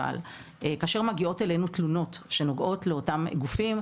כאשר מגיעות אלינו תלונות שנוגעות לאותם גופים,